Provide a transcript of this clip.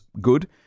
good